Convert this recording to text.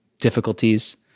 difficulties